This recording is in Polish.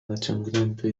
naciągnięty